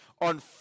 on